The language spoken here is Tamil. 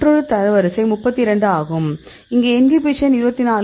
மற்றொரு தரவரிசை 32 ஆகும் இங்கே இன்ஹிபிஷன் 24